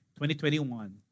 2021